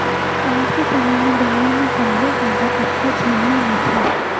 आज के समे म दुनिया म सबले जादा कपसा चीन म होथे